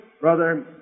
Brother